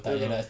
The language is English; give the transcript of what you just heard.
no no no